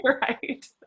Right